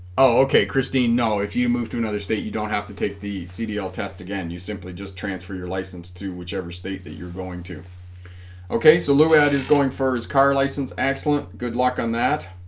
oh okay christine know if you move to another state you don't have to take the cdl test again you simply just transfer your license to whichever state that you're going to okay so louie ed is going first car license excellent good luck on that